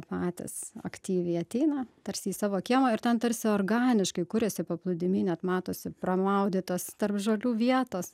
patys aktyviai ateina tarsi į savo kiemą ir ten tarsi organiškai kuriasi paplūdimiai net matosi pramaudytos tarp žolių vietos